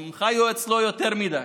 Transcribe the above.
הם חיו אצלו יותר מדי